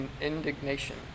indignation